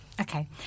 Okay